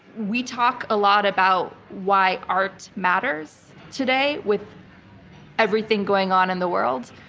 we talk a lot about why art matters today with everything going on in the world,